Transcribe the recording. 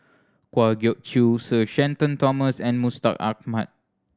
Kwa Geok Choo Sir Shenton Thomas and Mustaq Ahmad